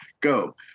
go